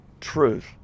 truth